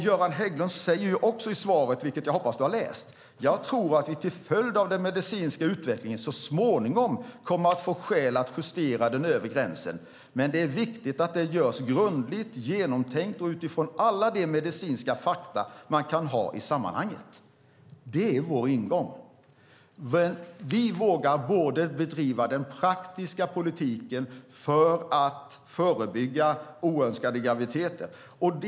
Göran Hägglund säger också i svaret, vilket jag hoppas att du har läst: Jag tror att vi till följd av den medicinska utvecklingen så småningom kommer att få skäl att justera den övre gränsen, men det är viktigt att det görs grundligt, genomtänkt och utifrån alla de medicinska fakta man kan ha i sammanhanget. Det är vår ingång. Vi vågar bedriva den praktiska politiken för att förebygga oönskade graviditeter.